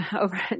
over